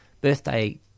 birthday